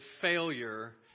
failure